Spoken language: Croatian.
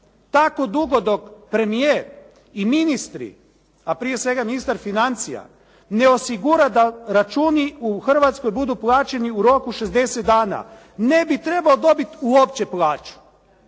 tako dugo dok premijer i ministri a prije svega ministar financija ne osigura da računi u Hrvatskoj budu plaćeni u roku od 60 dana ne bi trebao dobiti uopće plaću.